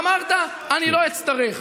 אמרת: אני לא אצטרך.